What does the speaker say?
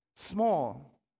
small